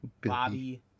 Bobby